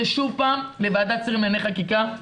זה שוב פעם לוועדת שרים לענייני חקיקה,